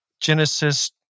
Genesis